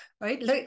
right